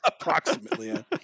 approximately